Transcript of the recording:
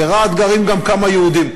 ברהט גרים גם כמה יהודים.